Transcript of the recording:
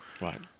Right